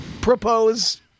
propose